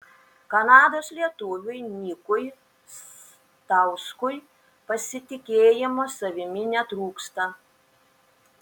kanados lietuviui nikui stauskui pasitikėjimo savimi netrūksta